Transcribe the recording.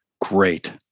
great